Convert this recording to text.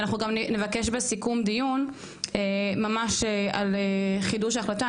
אנחנו גם נבקש בסיכום דיון ממש על חידוש ההחלטה,